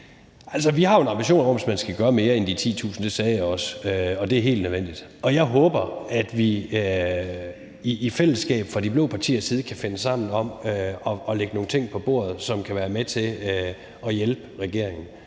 Altså, vi har jo en ambition om, at man skal gøre mere end de 10.000, og det sagde jeg også. Det er helt nødvendigt, og jeg håber, at vi i fællesskab fra de blå partiers side kan finde sammen om at lægge nogle ting på bordet, som kan være med til at hjælpe regeringen